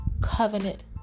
covenant